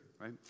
right